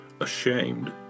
ashamed